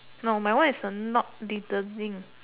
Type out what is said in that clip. no mine one is a not littering